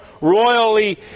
royally